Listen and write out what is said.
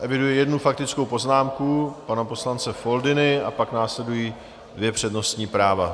Eviduji jednu faktickou poznámku pana poslance Foldyny a pak následují dvě přednostní práva.